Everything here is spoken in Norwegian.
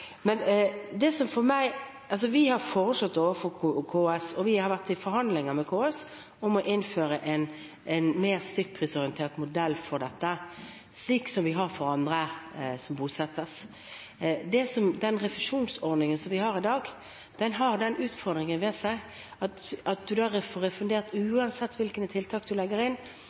Vi har foreslått overfor KS – og vært i forhandlinger med KS om – å innføre en mer stykkprisorientert modell for dette, slik vi har for andre som bosettes. Den refusjonsordningen som vi har i dag, har den utfordringen ved seg at man da får refundert uansett hvilke tiltak man legger inn.